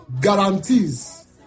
guarantees